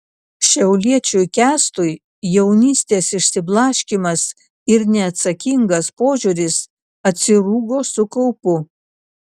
šiauliečiui kęstui jaunystės išsiblaškymas ir neatsakingas požiūris atsirūgo su kaupu